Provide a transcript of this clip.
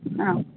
ஆ